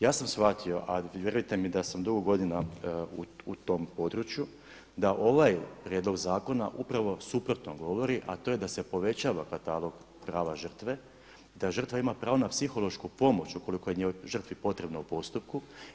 Ja sam shvatio, a vjerujte mi da sam dugo godina u tom području, da ovaj prijedlog zakona upravo suprotno govori, a to je da se povećava katalog prava žrtve, da žrtva ima pravo na psihološku pomoć ukoliko je žrtvi potrebno u postupku.